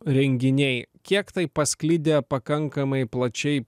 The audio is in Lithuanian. renginiai kiek tai pasklidę pakankamai plačiai